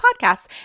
podcasts